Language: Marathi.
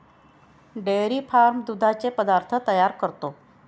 डेअरी फार्म दुधाचे पदार्थ तयार करतो